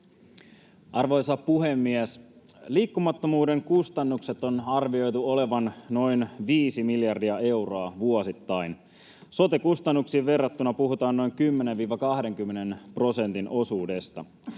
Arvoisa puhemies! Liikkumattomuuden kustannusten on arvioitu olevan noin viisi miljardia euroa vuosittain. Sote-kustannuksiin verrattuna puhutaan noin 10—20 prosentin osuudesta.